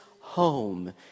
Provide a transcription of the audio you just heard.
home